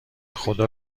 خدا